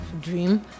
dream